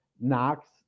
Knox